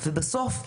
בסוף,